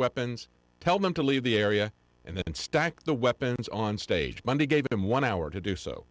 weapons tell them to leave the area and stack the weapons on stage monday gave them one hour to do so